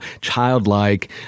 childlike